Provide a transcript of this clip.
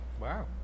Wow